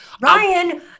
Ryan